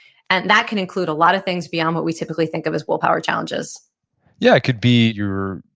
and that can include a lot of things beyond what we typically think of as willpower challenges yeah. it could be your,